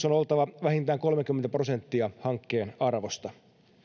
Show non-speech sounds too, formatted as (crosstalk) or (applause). (unintelligible) on oltava vähintään kolmekymmentä prosenttia hankkeen arvosta